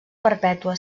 perpètua